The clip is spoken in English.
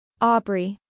Aubrey